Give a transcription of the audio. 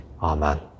Amen